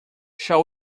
shall